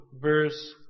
verse